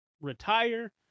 retire